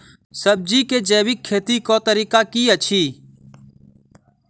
सब्जी केँ जैविक खेती कऽ तरीका की अछि?